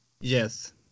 Yes